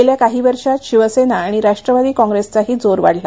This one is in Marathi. गेल्या काही वर्षात शिवसेना आणि राष्ट्वादी काँप्रेसचाही जोर वाढला